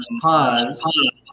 pause